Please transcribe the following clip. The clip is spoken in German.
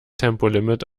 tempolimit